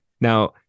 Now